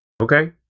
Okay